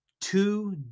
Two